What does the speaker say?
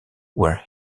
where